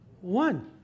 one